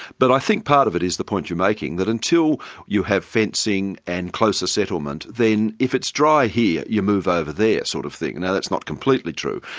but i think part of it is the point you're making, that until you have fencing and closer settlement, then if it's dry here, you move over there, sort of thing. now that's not completely true,